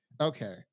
Okay